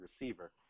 receiver